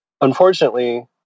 unfortunately